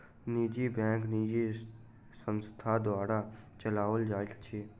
निजी बैंक निजी संस्था द्वारा चलौल जाइत अछि